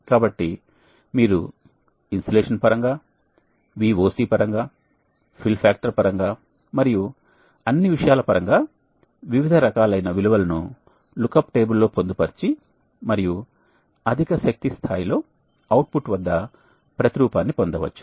కాబట్టి మీరు ఇన్సోలేషన్ పరంగా VOC పరంగా ఫిల్ ఫ్యాక్టర్ పరంగా మరియు అన్ని విషయాల పరంగా వివిధ రకాలైన విలువలను లుక్అప్ టేబుల్ లో పొందుపరిచి మరియు అధిక శక్తి స్థాయిలో అవుట్పుట్ వద్ద ప్రతిరూపాన్ని పొందవచ్చు